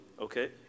okay